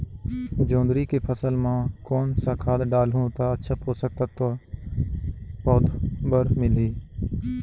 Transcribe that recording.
जोंदरी के फसल मां कोन सा खाद डालहु ता अच्छा पोषक तत्व पौध बार मिलही?